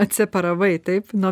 atseparavai taip nuo